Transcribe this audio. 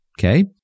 okay